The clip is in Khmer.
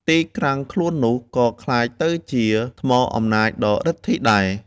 ទីក្រាំងខ្លួននោះ ក៏ក្លាយទៅជាថ្មអំណាចដ៏ឫទ្ធិដែរ ។